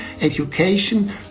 education